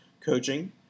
coaching